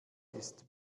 ist